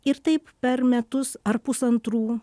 ir taip per metus ar pusantrų